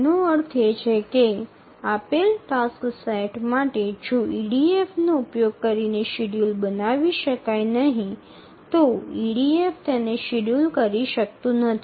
এর অর্থ হল EDF ব্যবহার করে যদি কোনও শিডিউল তৈরি করা না যায় তবে কোনও EDF সেট করা শিডিউল তৈরি করতে পারে না